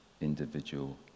individual